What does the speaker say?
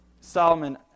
Solomon